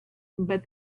but